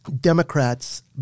Democrats